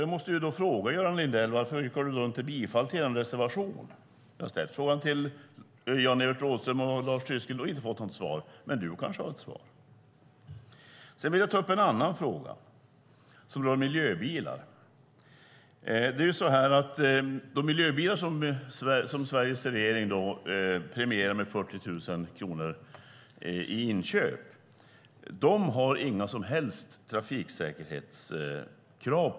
Jag måste därför fråga Göran Lindell: Varför yrkar du inte bifall till er reservation? Jag har ställt frågan till Jan-Evert Rådhström och Lars Tysklind men inte fått något svar. Men du kanske har ett svar. Jag vill ta upp även en annan fråga, som rör miljöbilar. När det gäller de miljöbilar som Sveriges regering premierar med 40 000 kronor vid inköp finns det inga som helst trafiksäkerhetskrav.